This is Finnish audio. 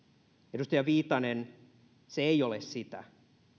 edustaja viitanen se ei ole sitä